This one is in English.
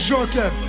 Joker